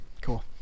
Cool